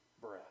breath